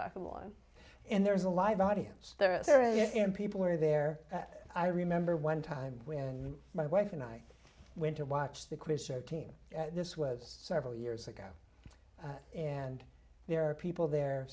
back of one and there's a live audience there and people were there i remember one time when my wife and i went to watch the quiz show team this was several years ago and there are people there